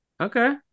Okay